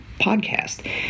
Podcast